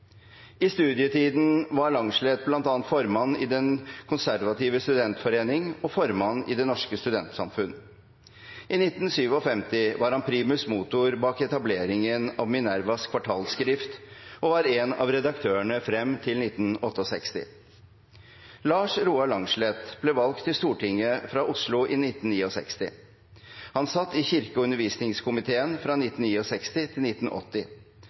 I studietiden var Langslet bl.a. formann i Den Konservative Studenterforening og formann i Det Norske Studentersamfund. I 1957 var han primus motor bak etableringen av Minervas Kvartalsskrift og var en av redaktørene frem til 1968. Lars Roar Langslet ble valgt til Stortinget fra Oslo i 1969. Han satt i kirke- og undervisningskomiteen fra 1969 til 1980.